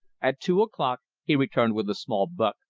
at two o'clock he returned with a small buck,